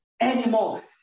anymore